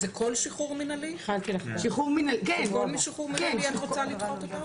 בכל שחרור מנהלי כל שחרור מנהלי את רוצה לדחות אותו?